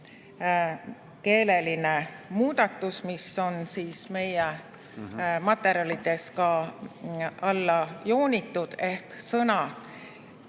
keeleline muudatus, mis on meie materjalides ka alla joonitud. Sõna